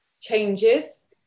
changes